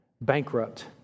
bankrupt